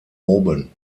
oben